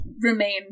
remain